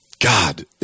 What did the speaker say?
God